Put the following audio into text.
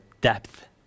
depth